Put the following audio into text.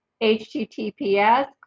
HTTPS